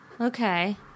Okay